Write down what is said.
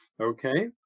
Okay